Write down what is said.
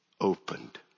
Opened